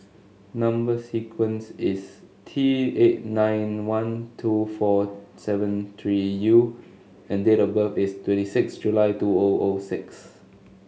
number sequence is T eight nine one two four seven three U and date of birth is twenty six July two O O six